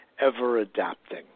ever-adapting